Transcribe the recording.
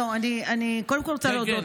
לא, קודם כול אני רוצה להודות לו.